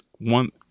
one